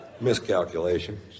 Miscalculation